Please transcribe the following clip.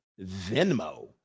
Venmo